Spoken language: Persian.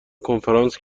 کنفرانس